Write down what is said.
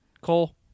Cole